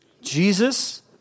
Jesus